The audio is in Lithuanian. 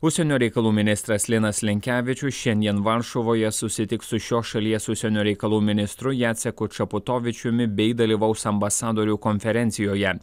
užsienio reikalų ministras linas linkevičius šiandien varšuvoje susitiks su šios šalies užsienio reikalų ministru jaceku čeputovičiumi bei dalyvaus ambasadorių konferencijoje